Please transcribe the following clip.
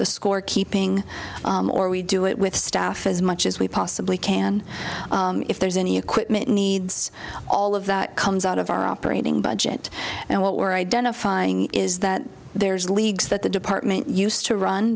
the score keeping or we do it with staff as much as we possibly can if there's any equipment needs all of that comes out of our operating budget and what we're identifying is that there's leagues that the department used to run